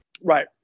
right